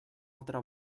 altra